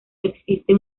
existe